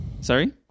Sorry